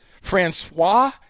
Francois